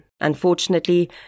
unfortunately